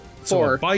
Four